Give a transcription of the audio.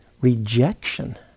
rejection